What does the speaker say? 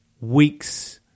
weeks